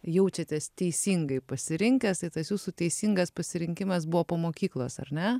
jaučiatės teisingai pasirinkęs ir tas jūsų teisingas pasirinkimas buvo po mokyklos ar ne